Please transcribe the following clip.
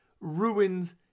ruins